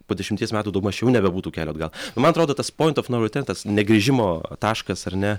po dešimties metų daugmaž jau nebebūtų kelio atgal man atrodo tas point of no return tas negrįžimo taškas ar ne